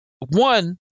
one